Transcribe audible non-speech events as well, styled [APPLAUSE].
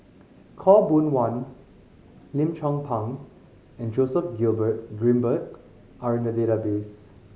Khaw Boon Wan Lim Chong Pang and Joseph [UNINTELLIGIBLE] Grimberg are in the database